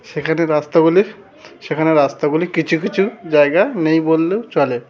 সেখানে রাস্তাগুলির সেখানে রাস্তাগুলি কিছু কিছু জায়গা নেই বললেও চলে